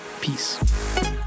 Peace